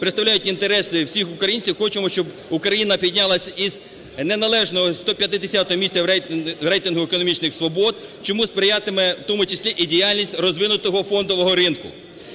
представляють інтереси всіх українців, хочемо, щоби Україна піднялася із неналежного 150-го місця в Рейтингу економічних свобод, чому сприятиме в тому числі і діяльність розвинутого фондового ринку.